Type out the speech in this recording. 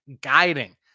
guiding